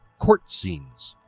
court scenes,